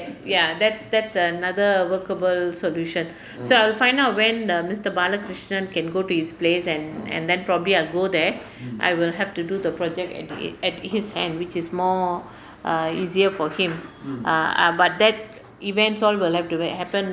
ya that's that's another workable solution so I'll find out when mister balakrishnan can go to his place and and then probably I'll go there I will have to do the project at at his hand which is more err easier for him err but that events all will have to happen